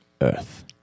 earth